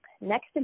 Next